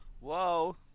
Whoa